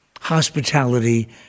hospitality